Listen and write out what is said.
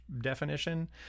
definition